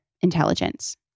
intelligence